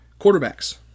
quarterbacks